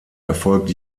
erfolgt